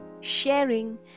sharing